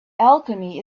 alchemy